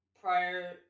prior